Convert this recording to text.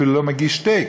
אפילו לא מגיש תה.